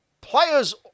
players